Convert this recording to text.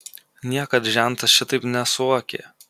niekad žentas šitaip nesuokė